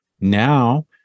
now